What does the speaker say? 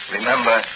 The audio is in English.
Remember